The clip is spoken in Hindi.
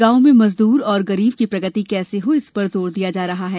गांव में मजदूर और गरीब की प्रगति कैसे हो इस पर जोर दिया जा रहा है